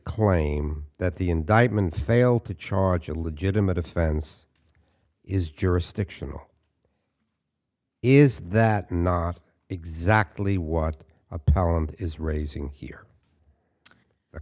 claim that the indictment failed to charge a legitimate offense is jurisdictional is that not exactly what a pound is raising here